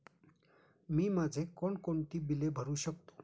मी माझी कोणकोणती बिले भरू शकतो?